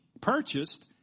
purchased